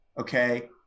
Okay